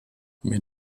mais